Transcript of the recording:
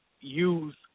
use